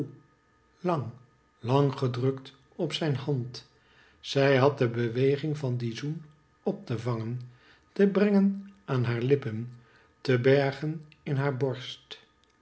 lang lang gedrukt op zijn hand zij had de beweging van dien zoen op te vangen te brengen aan hare lippen te bergen in hare borst